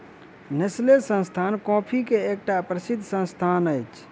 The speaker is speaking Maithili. नेस्ले संस्थान कॉफ़ी के एकटा प्रसिद्ध संस्थान अछि